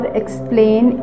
explain